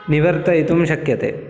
निवर्तयितुं शक्यते